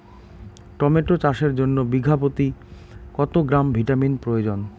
Tomato চাষের জন্য বিঘা প্রতি কত গ্রাম ভিটামিন প্রয়োজন?